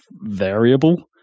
variable